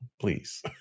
please